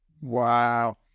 Wow